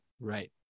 Right